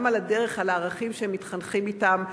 גם על הערכים שהם מתחנכים עליהם,